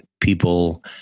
people